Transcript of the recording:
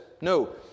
No